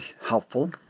helpful